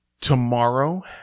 tomorrow